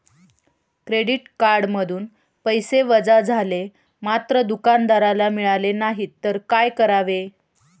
Credit कार्डमधून पैसे वजा झाले मात्र दुकानदाराला मिळाले नाहीत तर काय करावे?